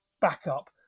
backup